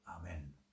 Amen